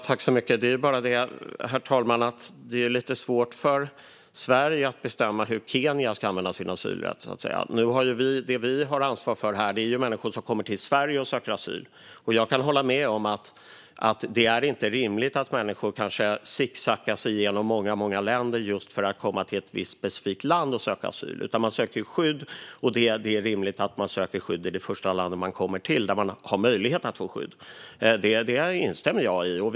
Herr talman! Det är lite svårt för Sverige att bestämma hur Kenya ska använda sin asylrätt. Det vi har ansvar för är människor som kommer till Sverige och söker asyl. Jag kan hålla med om att det inte är rimligt att människor sicksackar sig genom många länder för att söka asyl i ett specifikt land, utan det är rimligt att man söker skydd i det första land man kommer till där man har möjlighet att få skydd. Jag instämmer i detta.